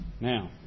Now